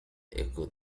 eco